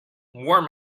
warm